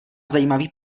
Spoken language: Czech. zajímavý